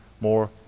more